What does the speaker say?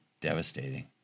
devastating